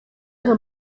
nka